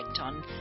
on